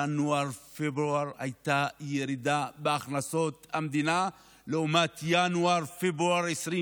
בינואר-פברואר הייתה ירידה בהכנסות המדינה לעומת ינואר-פברואר 2022,